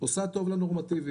עושה טוב לנורמטיביים,